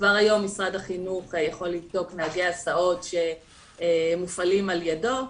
כבר היום משרד החינוך יכול לבדוק נהגי הסעות שמופעלים על ידו.